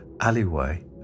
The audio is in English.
alleyway